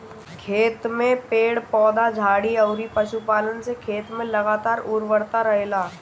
खेत में पेड़ पौधा, झाड़ी अउरी पशुपालन से खेत में लगातार उर्वरता रहेला